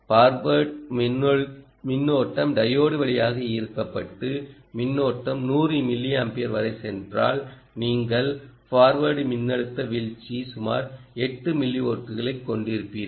forward மின்னோட்டம் diode வழியாக ஈர்க்கப்பட்ட மின்னோட்டம் 100 மில்லியம்பியர் வரை சென்றால் நீங்கள் ஃபார்வர்டு மின்னழுத்த வீழ்ச்சி சுமார் 8 மில்லிவோல்ட்களைக் கொண்டிருப்பீர்கள்